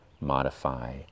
modify